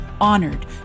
honored